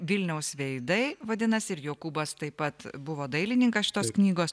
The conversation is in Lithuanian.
vilniaus veidai vadinasi ir jokūbas taip pat buvo dailininkas šitos knygos